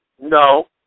No